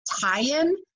tie-in